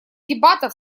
дебатов